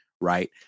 Right